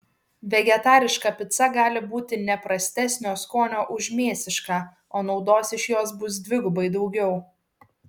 vegetariška pica gali būti ne prastesnio skonio už mėsišką o naudos iš jos bus dvigubai daugiau